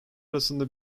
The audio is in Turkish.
arasında